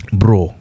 bro